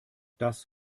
das